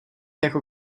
jako